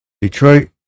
detroit